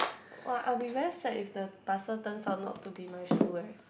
[wah] I will be very sad if the parcel turns out not to be my shoes eh